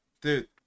dude